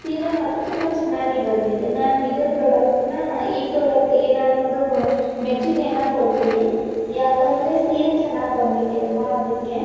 ಸೀರೆ ಮಾತ್ರ ತುಂಬ ಚೆನ್ನಾಗಿ ಬಂದಿದೆ ನಾನು ಇದೇ ಪ್ರಾಡಕ್ಟ್ನ ಈ ಪ್ರಾಡಕ್ಟಿಗೆ ನಾನು ಒಂದು ಮೆಚ್ಚುಗೆಯನ್ನು ಕೊಡ್ತೀನಿ ಏಕಂದ್ರೆ ಸೀರೆ ಚೆನ್ನಾಗಿ ಬಂದಿದೆ ಅಲ್ಲವಾ ಅದಕ್ಕೆ